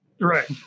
Right